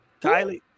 Kylie